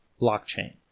blockchain